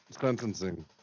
sentencing